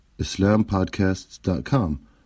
islampodcasts.com